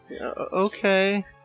Okay